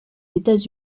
états